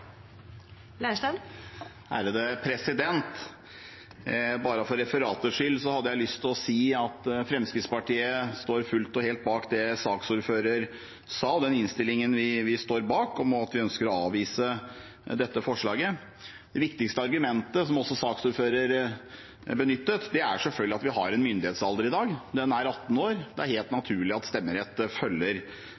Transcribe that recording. For referatets skyld hadde jeg lyst til å si at Fremskrittspartiet står fullt og helt bak det saksordføreren sa, og bak innstillingen, om at vi ønsker å avvise dette forslaget. Det viktigste argumentet, som også saksordføreren benyttet, er selvfølgelig at vi har en myndighetsalder i dag på 18 år, og det er helt